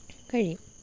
കഴിയും